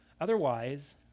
Otherwise